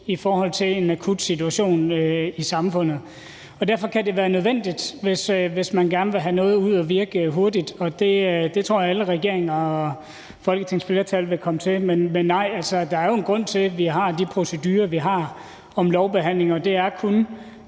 i forhold til en akut situation i samfundet. Og derfor kan det være nødvendigt, hvis man gerne vil have noget ud at virke hurtigt, og det tror jeg alle regeringer og alle folketingsflertal vil komme til at gøre. Men nej, altså, der er jo en grund til, at vi har de procedurer, vi har, for lovbehandling, og det er kun,